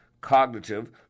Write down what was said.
cognitive